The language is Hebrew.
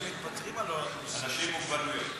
אנשים עם מוגבלות.